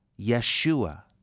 Yeshua